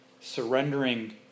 surrendering